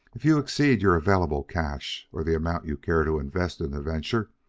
if you exceed your available cash, or the amount you care to invest in the venture,